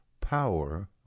power